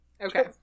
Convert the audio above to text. Okay